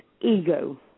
ego